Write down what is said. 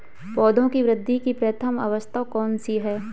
पौधों की वृद्धि की प्रथम अवस्था कौन सी है?